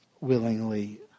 willingly